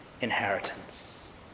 inheritance